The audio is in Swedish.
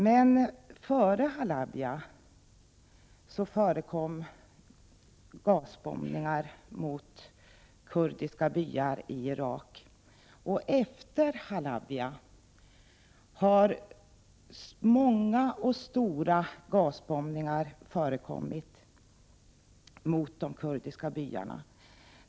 Men också före Halabja förekom gasbombningar mot kurdiska byar i Irak. Även efter Halabja har många och stora gasbombningar skett mot de kurdiska byarna.